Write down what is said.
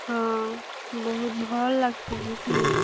ହଁ ବହୁତ୍ ଭଲ୍ ଲାଗ୍ସି ବି